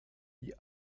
die